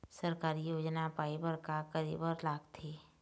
सरकारी योजना पाए बर का करे बर लागथे?